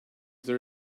there